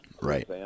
Right